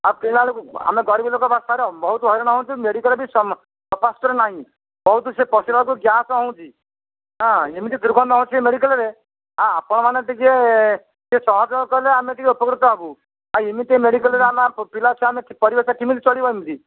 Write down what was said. ଆଉ ପିଲା ବେଳକୁ ଆମେ ଗରିବ ଲୋକ ବା ସାର୍ ବହୁତ ହଇରାଣ ହେଉଛୁ ମେଡ଼ିକାଲ୍ ବି ସମ ସଫାସୁତର ନାହିଁ ବହୁତ ସେ ପଶିଲା ବେଳକୁ ଗ୍ୟାସ୍ ହେଉଁଛି ହଁ ଏମିତି ଦୁର୍ଗନ୍ଧ ହେଉଛି ଯେ ମେଡ଼ିକାଲ୍ରେ ହଁ ଆପଣମାନେ ଟିକେ ଟିକେ ସହଯୋଗ କଲେ ଆମେ ଟିକେ ଉପକୃତ ହେବୁ ଆଉ ଏମିତିଆ ମେଡ଼ିକାଲ୍ରେ ଆମ ପିଲାଛୁଆ ଆମେ ପରିବେଶରେ କେମିତି ଚଳିବ ଏମିତି